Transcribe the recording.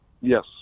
Yes